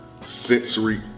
sensory